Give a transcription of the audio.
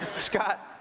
scott,